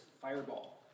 fireball